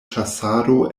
ĉasado